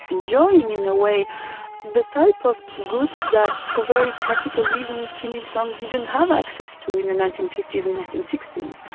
enjoying in a way the type of goods that for very practical reasons kim il-sung didn't have access to in the nineteen fifty s and nineteen sixty s.